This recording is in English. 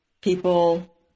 people